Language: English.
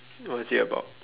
what is it about